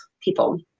people